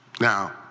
Now